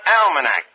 almanac